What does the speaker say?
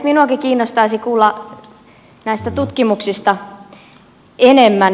minuakin kiinnostaisi kuulla näistä tutkimuksista enemmän